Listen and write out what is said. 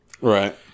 Right